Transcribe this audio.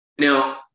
Now